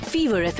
Fever